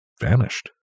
vanished